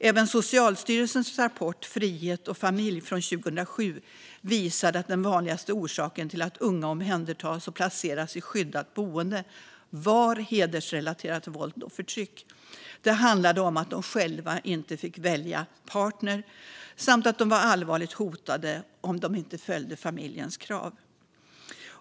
Även Socialstyrelsens rapport Frihet och familj från 2007 visade att den vanligaste orsaken till att unga omhändertas och placeras i skyddat boende var hedersrelaterat våld och förtryck. Det handlade om att de själva inte fick välja partner samt att de var allvarligt hotade om de inte följde familjens krav.